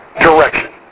direction